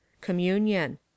communion